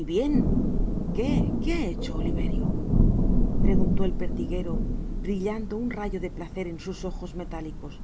y bien que que ha hecho oliverio preguntó el pertiguero brillando un rayo de placer en sus ojos metálicos